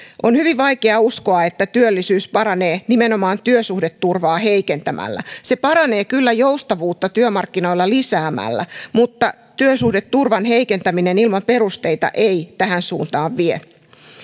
on hyvin vaikea uskoa että työllisyys paranee nimenomaan työsuhdeturvaa heikentämällä se paranee kyllä joustavuutta työmarkkinoilla lisäämällä mutta työsuhdeturvan heikentäminen ilman perusteita ei tähän suuntaan vie